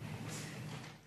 השר,